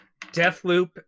Deathloop